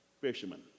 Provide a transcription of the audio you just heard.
Fishermen